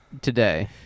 Today